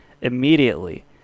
immediately